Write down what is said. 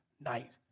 night